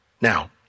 Now